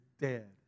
dead